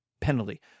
penalty